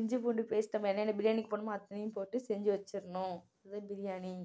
இஞ்சி பூண்டு பேஸ்ட்டு நம்ம என்னென்ன பிரியாணிக்கு போடணுமோ அத்தனையும் போட்டு செஞ்சு வெச்சிடணும் அது பிரியாணி